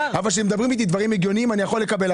כשמדברים איתי דברים הגיוניים אני יכול לקבל.